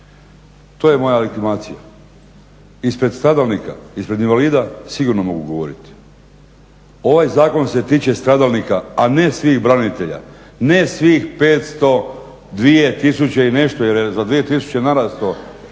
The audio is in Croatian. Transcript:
To je moja legitimacija. Ispred stradalnika, ispred invalida sigurno mogu govoriti. Ovaj zakon se tiče stradalnika, a ne svih branitelja, ne svih 502 tisuće i nešto jer je za 2000 narastao